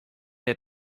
der